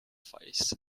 fays